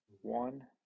One